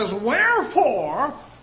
wherefore